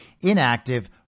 inactive